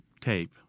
tape